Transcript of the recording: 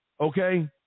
okay